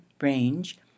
range